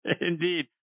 Indeed